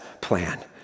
plan